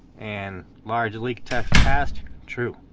and large leak test past true,